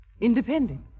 Independent